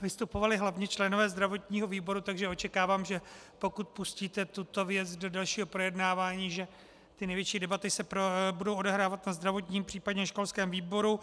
Vystupovali hlavně členové zdravotního výboru, takže očekávám, že pokud pustíte tuto věc do dalšího projednávání, ty největší debaty se budou odehrávat na zdravotním, příp. školském výboru.